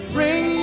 Bring